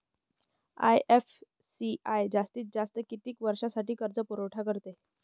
IFCI जास्तीत जास्त किती वर्षासाठी कर्जपुरवठा करते?